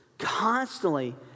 constantly